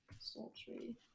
Sultry